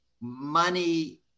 money